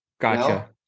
gotcha